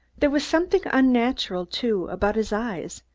there was something unnatural, too, about his eyes,